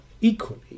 equally